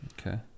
Okay